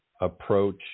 approach